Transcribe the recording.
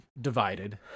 divided